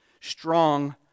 strong